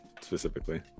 specifically